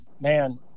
Man